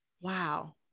Wow